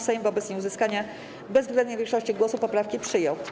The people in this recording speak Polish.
Sejm wobec nieuzyskania bezwzględnej większości głosów poprawki przyjął.